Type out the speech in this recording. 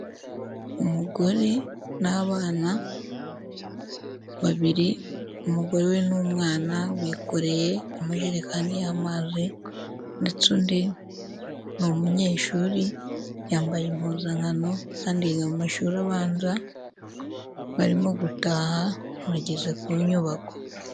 Umugore n'abana babiri, umugore we n'umwana bikoreye amajerekani y'amazi, ndetse undi ni umunyeshuri, yambaye impuzankano kandi yiga mu mashuri abanza, barimo gutaha bageze ku nyubako.